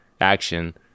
action